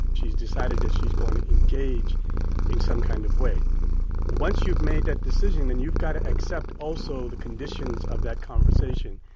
she's decided that she's going to engage in some kind of way once you've made that decision and you've got to accept also the conditions of that conversation,